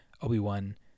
Obi-Wan